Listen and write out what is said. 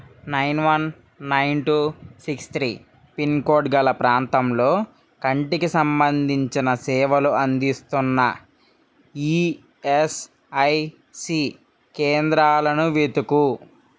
nine one nine two six three pin code గల ప్రాంతంలో కంటికి సంబంధించిన సేవలు అందిస్తున్న ఈఎస్ఐసి కేంద్రాలను వెతుకు